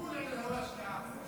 אנחנו במלחמה, אבל אתם במלחמה מול